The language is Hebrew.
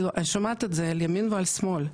אני שומעת את זה על ימין ועל שמאל,